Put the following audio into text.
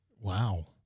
Wow